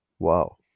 wow